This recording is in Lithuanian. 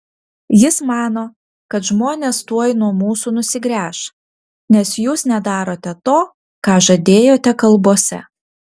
jis mano kad žmonės tuoj nuo mūsų nusigręš nes jūs nedarote to ką žadėjote kalbose